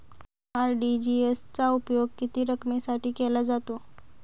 RTGS चा उपयोग किती रकमेसाठी केला जातो?